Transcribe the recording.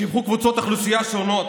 שיבחו קבוצות אוכלוסייה שונות,